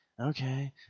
Okay